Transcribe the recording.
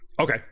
Okay